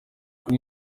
kuri